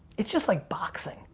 it's just like boxing.